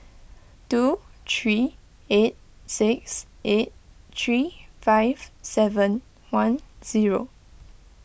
two three eight six eight three five seven one zero